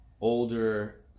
older